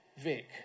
Vic